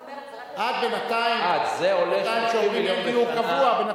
עד שהם יקבלו דיור קבוע, או, עד.